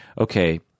okay